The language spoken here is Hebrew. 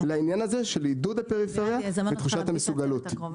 לעניין הזה של עידוד הפריפריה ותחושת המסוגלות.